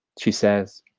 she says,